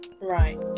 right